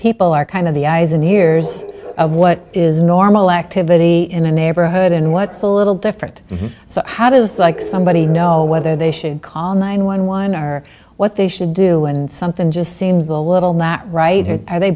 people are kind of the eyes and ears of what is normal activity in a neighborhood and what's a little different so how does like somebody know whether they should call nine one one are what they should do when something just seems a little lack right here are they